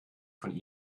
von